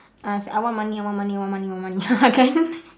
uh say I want money I want money I want money I want money can